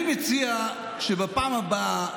אני מציע שבפעם הבאה,